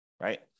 right